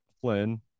Flynn